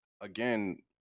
again